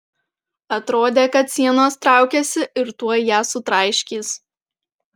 atrodė kad sienos traukiasi ir tuoj ją sutraiškys